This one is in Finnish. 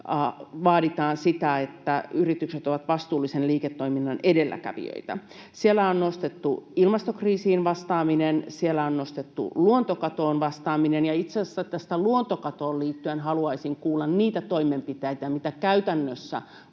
vaaditaan sitä, että yritykset ovat vastuullisen liiketoiminnan edelläkävijöitä. Siellä on nostettu ilmastokriisiin vastaaminen, siellä on nostettu luontokatoon vastaaminen. Itse asiassa luontokatoon liittyen haluaisin kuulla niitä toimenpiteitä, mitä käytännössä on